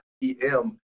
PM